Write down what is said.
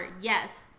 Yes